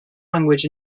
language